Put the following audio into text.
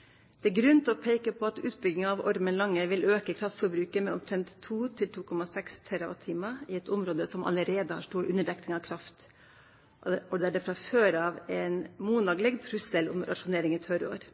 er også grunn til å peike på at utbygging av Ormen Lange vil auke kraftforbruket med omtrent 2–2,6 TWh – i eit område som allereie har stor underdekking av kraft, og der det frå før av er ein monaleg trussel om rasjonering i tørrår.